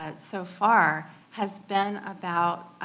ah so far has been about